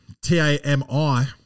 T-A-M-I